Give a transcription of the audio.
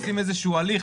עושים איזה שהוא הליך,